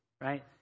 right